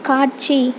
காட்சி